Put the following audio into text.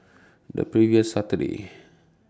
The previous Saturday